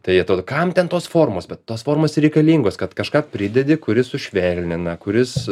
tai kam ten tos formos bet tos formos reikalingos kad kažką pridedi kuri sušvelnina kuris